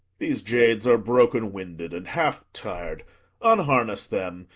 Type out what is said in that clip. these jades are broken-winded and half-tir'd unharness them,